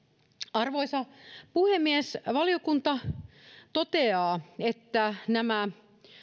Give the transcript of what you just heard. arvoisa puhemies valiokunta toteaa että nämä